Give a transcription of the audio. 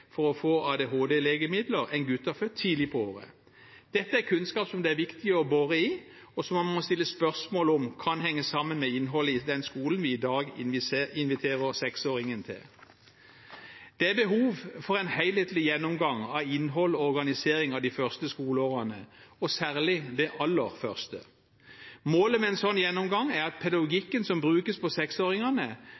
for å få ADHD-legemidler enn gutter født tidlig på året. Dette er kunnskap som det er viktig å bore i, og som man må stille spørsmål om kan henge sammen med innholdet i den skolen vi i dag inviterer seksåringen til. Det er behov for en helhetlig gjennomgang av innhold og organisering av de første skoleårene, og særlig det aller første. Målet med en slik gjennomgang er at